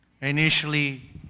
Initially